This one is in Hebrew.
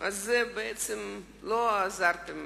בעצם לא עזרתם